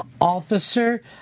Officer